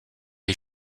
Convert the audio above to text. est